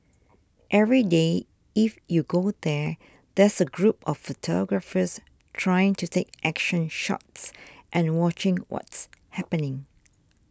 every day if you go there there's a group of photographers trying to take action shots and watching what's happening